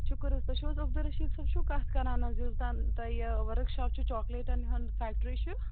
شُکُر حظ تُہۍ چھُو حظ عبدالرشیٖد صٲب چھُو کَتھ کران حظ یُس ؤرٕک شاپ چھُ چاکلیٹَن ہُنٛد فیکٹری چھِ